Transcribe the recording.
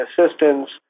assistants